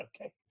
okay